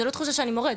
זה לא תחושה שאני מורד.